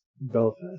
Belfast